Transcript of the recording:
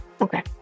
okay